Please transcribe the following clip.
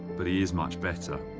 but he is much better.